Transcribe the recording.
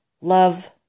Love